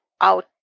out